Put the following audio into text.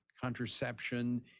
contraception